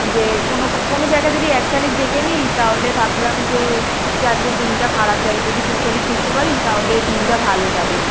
যে কোনো কো কোনো জায়গায় যদি এক শালিক দেখে নিই তাহলে ভাবলাম যে যে আজকের দিনটা খারাপ যাবে যদি দু শালিক দেখতে পারি তাহলে দিনটা ভালো যাবে